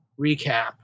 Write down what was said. Recap